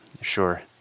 Sure